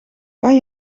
kan